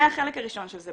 זה החלק הראשון של זה.